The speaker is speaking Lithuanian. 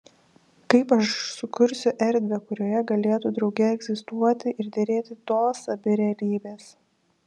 kaip aš sukursiu erdvę kurioje galėtų drauge egzistuoti ir derėti tos abi realybės